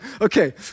Okay